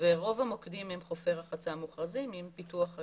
ורוב המוקדים הם חופי רחצה מוכרזים עם פיתוח,